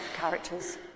characters